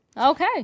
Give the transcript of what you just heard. Okay